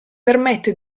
permette